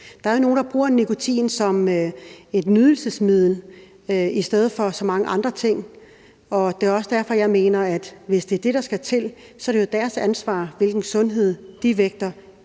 Der er jo nogle, der bruger nikotin som et nydelsesmiddel i stedet for så mange andre ting. Det er også derfor, jeg mener, at hvis det er det, der skal til, er det jo deres ansvar, hvilken sundhed de vægter